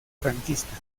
franquista